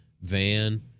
van